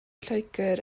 lloegr